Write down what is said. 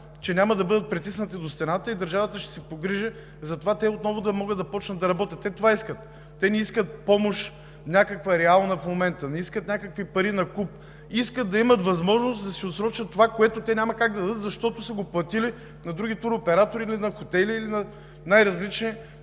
че няма да бъдат притиснати до стената и държавата ще се погрижи те отново да могат да започнат да работят. Те това искат. Те не искат някаква реална помощ в момента, не искат някакви пари накуп. Искат да имат възможност да си отсрочат това, което те няма как да дадат, защото са го платили на други туроператори или на хотели, или на най-различни